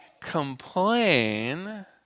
complain